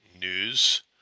News